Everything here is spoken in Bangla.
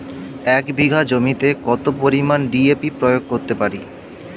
এক বিঘা জমিতে কত পরিমান ডি.এ.পি প্রয়োগ করতে পারি?